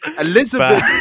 Elizabeth